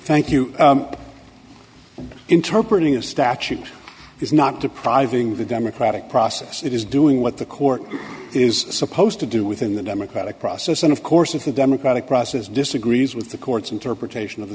thank you interpretive statute is not depriving the democratic process it is doing what the court is supposed to do within the democratic process and of course if the democratic process disagrees with the court's interpretation of the